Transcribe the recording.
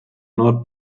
not